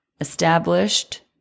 established